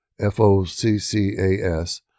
FOCCAS